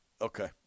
Okay